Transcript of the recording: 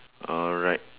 alright